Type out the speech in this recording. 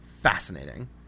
fascinating